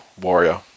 warrior